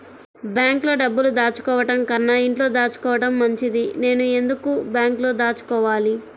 బ్యాంక్లో డబ్బులు దాచుకోవటంకన్నా ఇంట్లో దాచుకోవటం మంచిది నేను ఎందుకు బ్యాంక్లో దాచుకోవాలి?